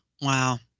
wow